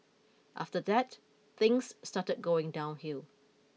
after that things started going downhill